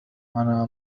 أنا